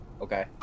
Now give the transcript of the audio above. Okay